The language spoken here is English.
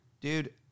Dude